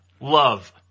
love